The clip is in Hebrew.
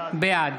בעד